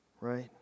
right